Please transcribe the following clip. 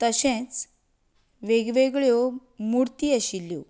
तशेंच वेग वेगळ्यो मुर्ती आशिल्ल्यो